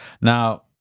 Now